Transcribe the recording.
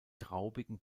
traubigen